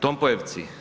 Tompojevci?